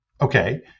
Okay